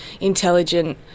intelligent